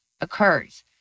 occurs